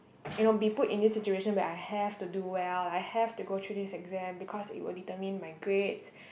you know be put in this situation where I have to do well I have to go through this exam because it will determine my grades